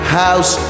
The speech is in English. house